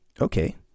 okay